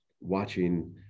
watching